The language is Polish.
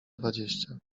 dwadzieścia